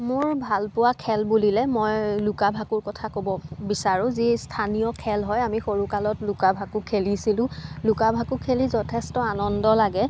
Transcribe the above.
মোৰ ভালপোৱা খেল বুলিলে মই লুকা ভাকুৰ কথা ক'ব বিচাৰোঁ যি স্থানীয় খেল হয় আমি সৰুকালত লুকা ভাকু খেলিছিলোঁ লুকা ভাকু খেলি যথেষ্ট আনন্দ লাগে